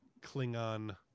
Klingon